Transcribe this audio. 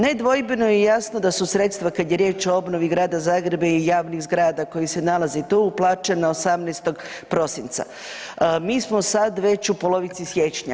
Nedvojbeno je i jasno da su sredstava kad je riječ o obnovi Grada Zagreba i javnih zgrada koje se nalaze tu uplaćeno 18. prosinca, mi smo sad već u polovici siječnja.